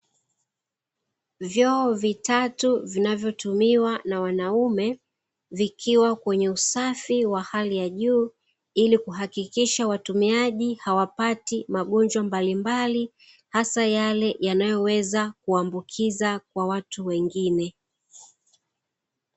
Vyoo vitatu vinavotumiwa na wanaume vikiwa kwenye usafi wa hali ya juu, ili kuhakikisha watumiaji hawapati magonjwa mbalimbali hasa yale yanayoweza kuambukizwa kwa watu wengine.